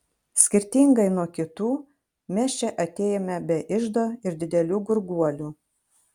skirtingai nuo kitų mes čia atėjome be iždo ir didelių gurguolių